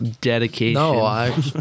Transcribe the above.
dedication